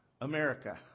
America